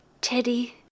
Teddy